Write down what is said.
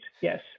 Yes